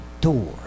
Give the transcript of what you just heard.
door